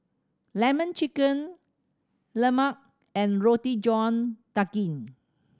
Lemon Chicken Lemang and Roti John Daging